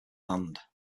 land